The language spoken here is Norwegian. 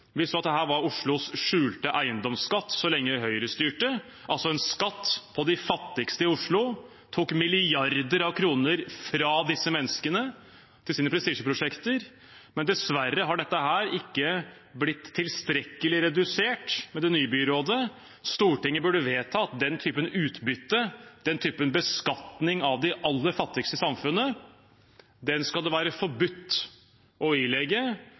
Vi så at dette var Oslos skjulte eiendomsskatt så lenge Høyre styrte, altså en skattlegging av de fattigste i Oslo. Man tok milliarder av kroner fra disse menneskene til sine prestisjeprosjekter. Dessverre har ikke dette blitt tilstrekkelig redusert med det nye byrådet. Stortinget burde vedta at den type utbytte, den typen beskatning av de aller fattigste i samfunnet, skal være forbudt.